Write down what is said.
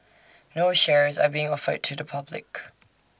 no shares are being offered to the public